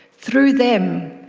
through them,